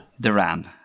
Duran